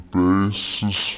basis